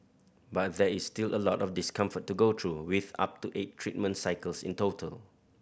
but there is still a lot of discomfort to go through with up to eight treatment cycles in total